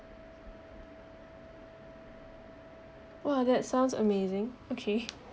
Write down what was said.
!wah! that sounds amazing okay